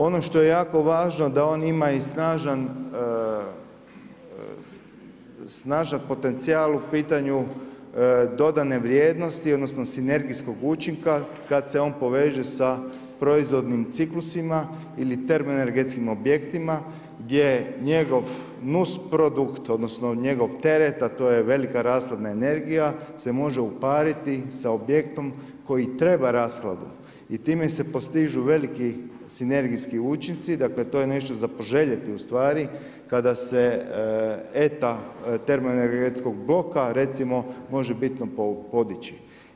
Ono što je jako važno da on ima i snažan potencijal u pitanju dodane vrijednosti odnosno sinergijskog učinka kada se on poveže sa proizvodnim ciklusima ili termoenergetskim objektima, gdje njego nusprodukt, odnosno, njegov teret, a to je velika rashodna energija, se može upariti sa objektom koji treba rashladu i time se postižu veliki sinergijski učinci, dakle, to je nešto za poželjeti u stvari, kada se ETA, termoenergetskog bloka, recimo, može bitno podići.